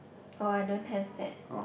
oh I don't have that